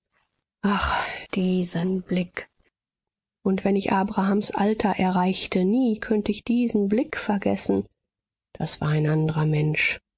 ach diesen blick und wenn ich abrahams alter erreichte nie könnte ich diesen blick vergessen das war ein andrer mensch